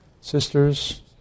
Sisters